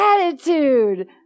attitude